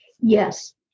Yes